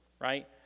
right